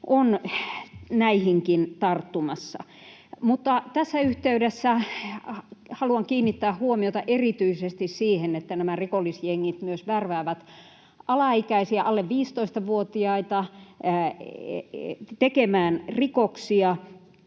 on näihinkin tarttumassa. Mutta tässä yhteydessä haluan kiinnittää huomiota erityisesti siihen, että nämä rikollisjengit värväävät myös alaikäisiä, alle 15-vuotiaita, tekemään rikoksia.